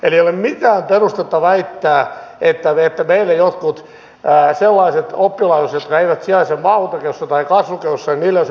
eli ei ole mitään perustetta väittää ettei meillä joillain sellaisilla oppilaitoksilla jotka eivät sijaitse maakuntakeskuksissa tai kasvukeskuksissa olisi mahdollisuutta pärjätä tässä kilpailussa